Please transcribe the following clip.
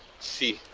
c